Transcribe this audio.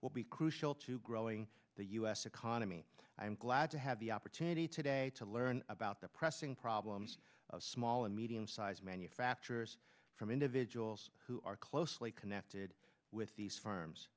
will be crucial to growing the u s economy i'm glad to have the opportunity today to learn about the pressing problems of small and medium sized manufacturers from individuals who are closely connected with these firms